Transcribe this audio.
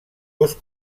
dos